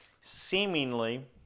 seemingly